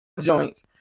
joints